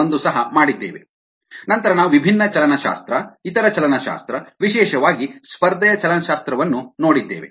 1 ಸಹ ಮಾಡಿದ್ದೇವೆ ನಂತರ ನಾವು ವಿಭಿನ್ನ ಚಲನಶಾಸ್ತ್ರ ಇತರ ಚಲನಶಾಸ್ತ್ರ ವಿಶೇಷವಾಗಿ ಸ್ಪರ್ಧೆಯ ಚಲನಶಾಸ್ತ್ರವನ್ನು ನೋಡಿದ್ದೇವೆ